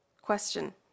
question